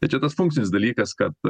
tai čia tas funkcinis dalykas kad